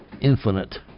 infinite